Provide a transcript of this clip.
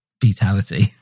fatality